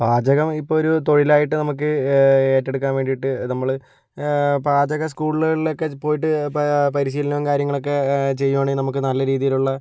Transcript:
പാചകം ഇപ്പോൾ ഒരു തൊഴിലായിട്ട് നമുക്ക് ഏറ്റെടുക്കാൻ വേണ്ടിയിട്ട് നമ്മള് പാചക സ്കൂളുകളിലൊക്കെ പോയിട്ട് പരിശീലനമോ കാര്യങ്ങളൊക്കെ ചെയ്യുകയാണെങ്കിൽ നമുക്ക് നല്ല രീതിയിലുള്ള